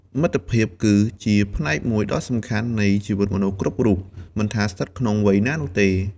មិត្តភាព គឺជាផ្នែកមួយដ៏សំខាន់នៃជីវិតមនុស្សគ្រប់រូប មិនថាស្ថិតក្នុងវ័យណានោះទេ។